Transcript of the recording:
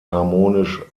harmonisch